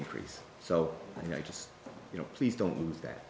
increase so i just you know please don't do that